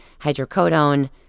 hydrocodone